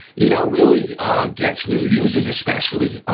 you know, really gets new users especially